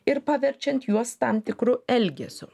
ir paverčiant juos tam tikru elgesiu